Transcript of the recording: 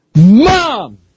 Mom